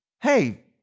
hey